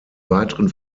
weiteren